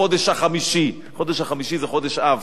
בחודש החמישי, זה חודש אב,